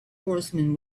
horsemen